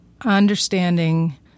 understanding